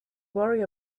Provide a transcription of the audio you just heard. worry